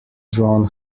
drawn